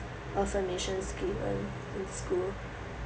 affirmations given in school